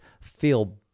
feel